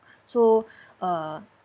so uh